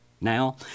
Now